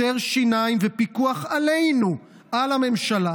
יותר שיניים ויותר פיקוח עלינו, על הממשלה.